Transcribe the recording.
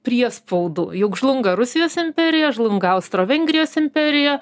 priespaudų juk žlunga rusijos imperija žlunga austro vengrijos imperija